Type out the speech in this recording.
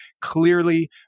Clearly